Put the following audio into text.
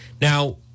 Now